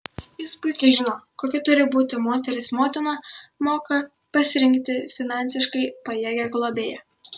jis puikiai žino kokia turi būti moteris motina moka pasirinkti finansiškai pajėgią globėją